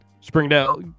Springdale